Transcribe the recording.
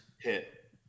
Hit